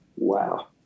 Wow